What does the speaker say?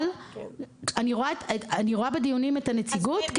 אני רואה בדיונים את הנציגות.